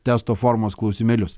testo formos klausimėlius